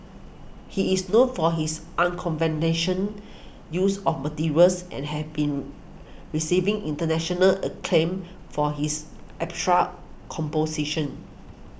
he is known for his use of materials and has been receiving international acclaim for his abstract compositions